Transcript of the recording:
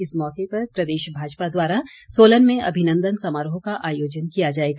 इस मौके पर प्रदेश भाजपा द्वारा सोलन में अभिनंदन समारोह का आयोजन किया जाएगा